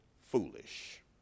foolish